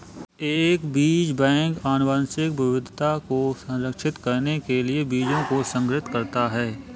एक बीज बैंक आनुवंशिक विविधता को संरक्षित करने के लिए बीजों को संग्रहीत करता है